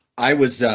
i was.